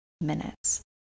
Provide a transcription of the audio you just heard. minutes